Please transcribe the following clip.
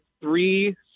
three